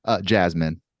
jasmine